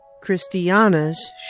Christiana's